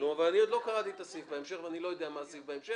מה ההחלטה?